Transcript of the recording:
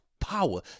power